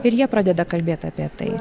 ir jie pradeda kalbėt apie tai